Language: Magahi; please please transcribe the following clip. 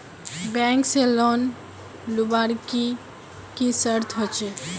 बैंक से लोन लुबार की की शर्त होचए?